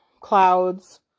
clouds